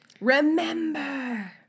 Remember